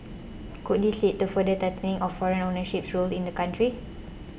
could this lead to further tightening of foreign ownership rules in the country